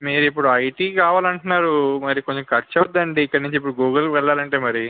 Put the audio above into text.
మీరు ఇప్పుడు ఐటీ కావాలి అంటున్నారు మరి కొంచెం ఖర్చు అవుతుంది అండి ఇక్కడ నుంచి ఇప్పుడు గూగుల్కి వెళ్ళాలి అంటే మరి